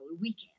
weekend